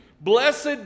Blessed